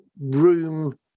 room